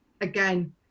again